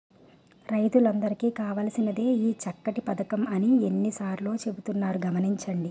రైతులందరికీ కావాల్సినదే ఈ చక్కని పదకం అని ఎన్ని సార్లో చెబుతున్నారు గమనించండి